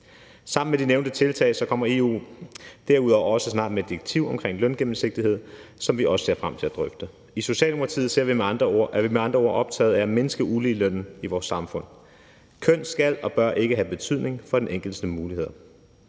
Sammen med de nævnte tiltag kommer EU derudover også snart med et direktiv omkring løngennemsigtighed, som vi også ser frem til at drøfte. I Socialdemokratiet er vi med andre ord optaget af at mindske uligelønnen i vores samfund. Køn skal og bør ikke have en betydning for den enkeltes muligheder.